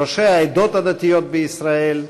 ראשי העדות הדתיות בישראל,